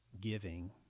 giving